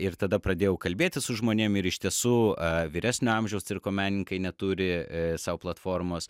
ir tada pradėjau kalbėtis su žmonėm ir iš tiesų vyresnio amžiaus cirko menininkai neturi sau platformos